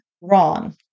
wrong